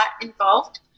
involved